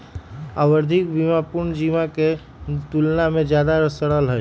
आवधिक बीमा पूर्ण जीवन के तुलना में ज्यादा सरल हई